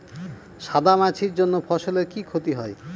সাদা মাছির জন্য ফসলের কি ক্ষতি হয়?